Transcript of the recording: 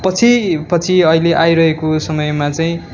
पछि पछि अहिले आइरहेको समयमा चाहिँ